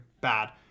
bad